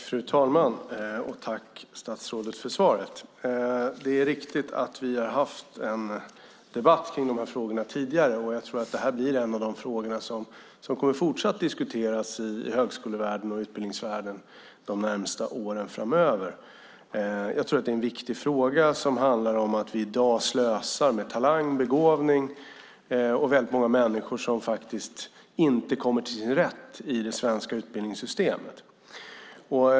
Fru talman! Tack, statsrådet, för svaret! Det är riktigt att vi har haft en debatt om dessa frågor tidigare, och jag tror att detta blir en av de frågor som fortsatt kommer att diskuteras i högskolevärlden och utbildningsvärlden de närmaste åren. Jag tror att det är en viktig fråga som handlar om att vi i dag slösar med talang och begåvning och att det är många människor som faktiskt inte kommer till sin rätt i det svenska utbildningssystemet.